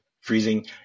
freezing